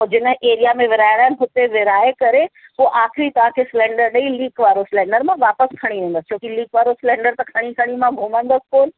ऐं जिनि एरिया में विरहाइणा आहिनि हुते विरहाए करे पोइ आख़िरी तव्हांखे सिलेंडर ॾेई लीक वारो सिलेंडर मां वापसि खणी वेंदुसि छो की लीक वारो सिलेंडर त खणी खणी मां घुमंदुसि कोन